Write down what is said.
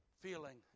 feeling